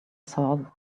saw